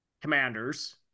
Commanders